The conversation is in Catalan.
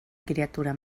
criatura